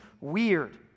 weird